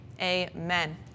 Amen